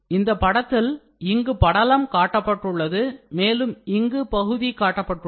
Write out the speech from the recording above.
இந்த படத்தில் இங்கு படலம் காட்டப்பட்டுள்ளது மேலும் இங்கு பகுதி காட்டப்பட்டுள்ளது